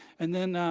and then,